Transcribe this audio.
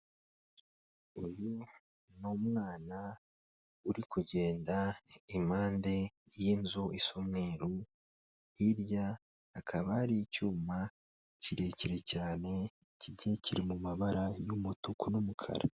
Uyu n'umwana uri kugenda impande y'inzu is'umweru, hirya hakaba hari icyuma kirekire cyane kigiye kiri mu mabara y'umutuku n'umukara.